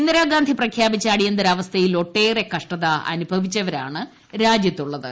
ഇന്ദിരാഗാന്ധി പ്രഖ്യാപിച്ച അടിയുന്തരാവസ്ഥയിൽ ഒട്ടേറെ കഷ്ടത അനുഭവിച്ചവരാണ് രാജ്യത്തുള്ളത്